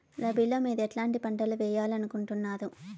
రబిలో మీరు ఎట్లాంటి పంటలు వేయాలి అనుకుంటున్నారు?